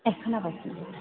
ए खोनाबाय